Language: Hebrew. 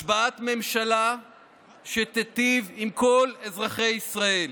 השבעת ממשלה שתיטיב עם כל אזרחי ישראל.